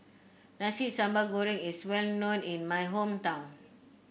Nasi Sambal Goreng is well known in my hometown